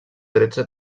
tretze